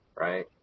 right